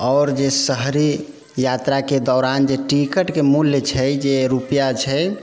तऽ आओर जे शहरी यात्राके दौरान जे टिकटके मूल्य छै जे रुपआ छै